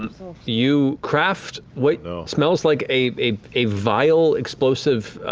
um you craft what you know smells like a a vile explosive